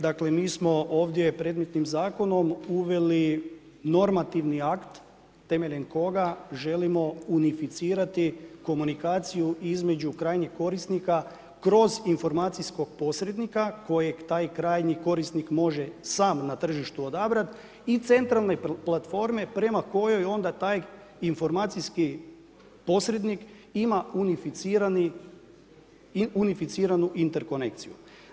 Dakle mi smo ovdje predmetnim zakonom uveli normativni akt temeljem koga želimo unificirati komunikaciju između krajnjeg korisnika kroz informacijskog posrednika kojeg taj krajnji korisnik može sam na tržištu odabrati i centralne platforme prema kojoj onda taj informacijski posrednik ima unificiranu interkonekciju.